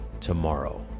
tomorrow